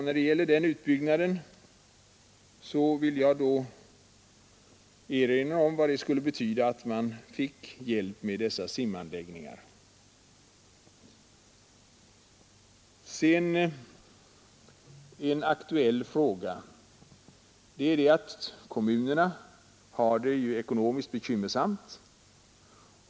När det gäller den utbyggnaden vill jag erinra om vad det skulle betyda om man fick hjälp med lämpliga simanläggningar. Vi känner till att kommunerna för närvarande har det ekonomiskt bekymmersamt.